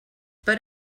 per